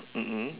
mm mm